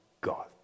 God